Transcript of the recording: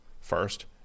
first